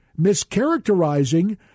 mischaracterizing